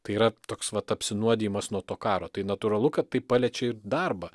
tai yra toks vat apsinuodijimas nuo to karo tai natūralu kad tai paliečia ir darbą